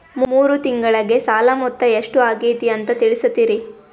ಮೂರು ತಿಂಗಳಗೆ ಸಾಲ ಮೊತ್ತ ಎಷ್ಟು ಆಗೈತಿ ಅಂತ ತಿಳಸತಿರಿ?